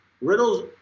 Riddle's